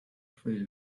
afraid